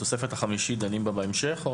בתוספת החמישית דנים בהמשך?